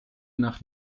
nach